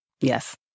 Yes